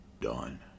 done